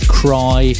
cry